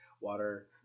water